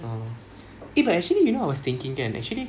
um eh but actually you know I was thinking kan actually